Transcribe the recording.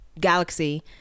galaxy